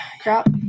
Crap